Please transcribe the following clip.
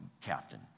captain